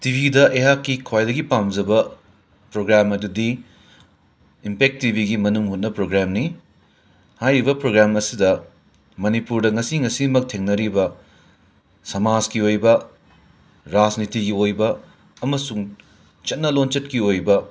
T ꯕꯤꯗ ꯑꯩꯍꯥꯛꯀꯤ ꯈ꯭ꯋꯥꯏꯗꯒꯤ ꯄꯥꯝꯖꯕ ꯄ꯭ꯔꯣꯒ꯭ꯔꯥꯝ ꯑꯗꯨꯗꯤ ꯏꯝꯄꯦꯛ ꯇꯤ ꯕꯤꯒꯤ ꯃꯅꯨꯡ ꯍꯨꯠꯅ ꯄ꯭ꯔꯣꯒ꯭ꯔꯥꯝꯅꯤ ꯍꯥꯏꯔꯤꯕ ꯄ꯭ꯔꯣꯒ꯭ꯔꯥꯝ ꯑꯁꯤꯗ ꯃꯅꯤꯄꯨꯔꯗ ꯉꯁꯤ ꯉꯁꯤꯃꯛ ꯊꯦꯡꯅꯔꯤꯕ ꯁꯃꯥꯖꯀꯤ ꯑꯣꯏꯕ ꯔꯥꯖꯅꯤꯇꯤꯒꯤ ꯑꯣꯏꯕ ꯑꯃꯁꯨꯡ ꯆꯠꯅ ꯂꯣꯟꯆꯠꯀꯤ ꯑꯣꯏꯕ